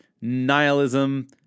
nihilism